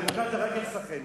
הדמוקרטיה נמצאת רק אצלכם.